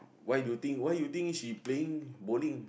why do you think why you think she playing bowling